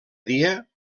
dia